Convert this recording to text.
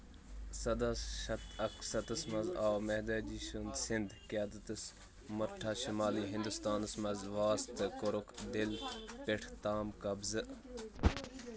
سَداہ شیٚتھ اَکسَتَتھس منٛز آو مہدادی سٕنٛدۍ قیادتَس مرٹھا شُمالی ہنٛدوستانَس منٛز واَس تہٕ کوٚرُکھ دِل پٮ۪ٹھ تام قبضہٕ